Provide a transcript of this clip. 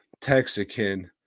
texican